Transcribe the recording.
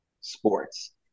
sports